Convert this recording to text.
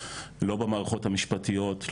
לא במערכות המשפטיות,